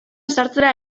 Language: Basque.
sartzera